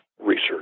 research